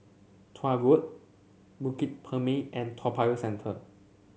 Tuah Road Bukit Purmei and Toa Payoh Central